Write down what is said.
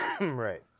Right